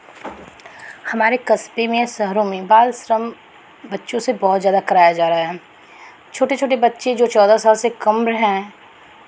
हमारे कस्बें में शहरों में बाल श्रम बच्चों से बहुत ज़्यादा कराया जा रहा है छोटे छोटे बच्चे जो चौदह साल से कम हैं